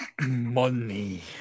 Money